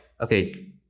okay